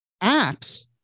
acts